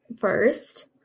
first